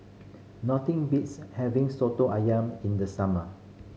nothing beats having Soto Ayam in the summer